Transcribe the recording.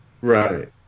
right